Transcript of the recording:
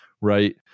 right